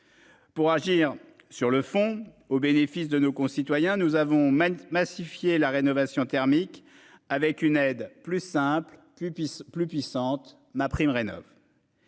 Pour agir sur le fond au bénéfice de nos concitoyens nous avons massifier la rénovation thermique avec une aide plus simple plus puisse plus puissante. Rénov'.